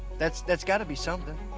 that's that's gotta be something